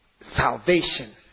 salvation